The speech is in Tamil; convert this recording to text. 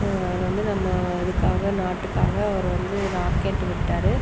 அவர் வந்து நம்ம இதுக்காக நாட்டுக்காக அவர் வந்து ராக்கெட் விட்டார்